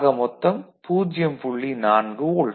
4 volt